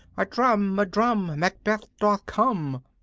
a drum, a drum! macbeth doth come.